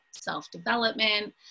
self-development